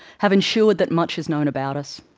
have ensured that much is known about us.